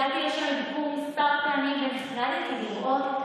הגעתי לשם לביקור כמה פעמים ונחרדתי לראות את